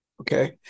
Okay